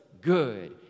good